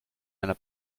einer